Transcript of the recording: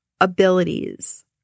abilities